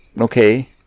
okay